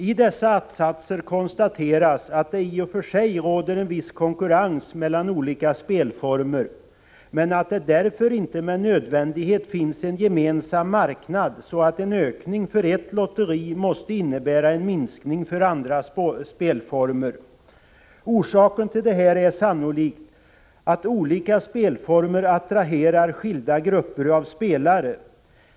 I dessa att-satser konstateras att det i och för sig råder en viss konkurrens mellan olika spelformer, men att det därför inte med nödvändighet finns en gemensam marknad, så att en ökning för ett lotteri måste innebära en minskning för andra spelformer. Orsaken till detta är sannolikt att olika spelformer attraherar skilda grupper av spelare.